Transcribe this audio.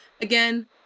Again